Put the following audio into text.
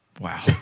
Wow